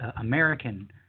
American